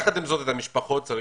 יחד עם זאת, את המשפחות צרי